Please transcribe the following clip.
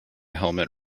helmet